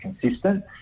consistent